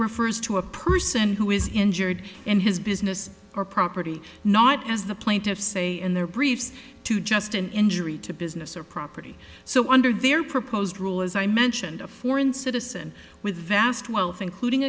refers to a person who is injured and his business or property not as the plaintiffs say in their briefs to just an injury to business or property so under their proposed rule as i mentioned a foreign citizen with vast wealth including